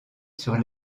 sur